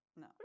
No